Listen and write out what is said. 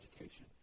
education